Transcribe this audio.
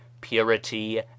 purity